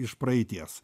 iš praeities